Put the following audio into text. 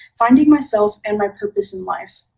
finding myself and my purpose in life.